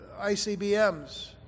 ICBMs